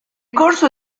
corso